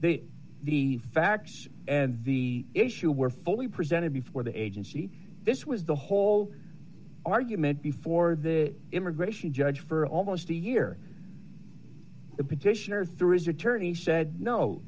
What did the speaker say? they the facts and the issue were fully presented before the agency this was the whole argument before the immigration judge for almost a year the petitioner through his attorney said no